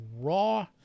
raw